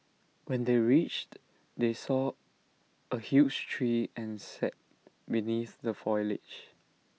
when they reached they saw A huge tree and sat beneath the foliage